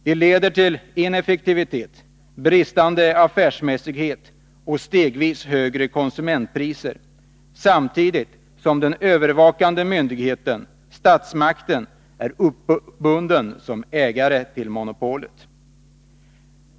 De leder till ineffektivitet, bristande affärsmässighet och stegvis högre konsumentpriser, samtidigt som den övervakande myndigheten — statsmakten — är uppbunden som ägare till monopolet.